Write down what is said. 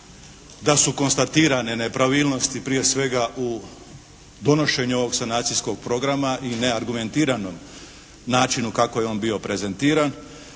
da su konstatirane nepravilnosti prije svega u donošenju ovog sanacijskog programa i neargumentiranom načinu kako je on bio prezentiran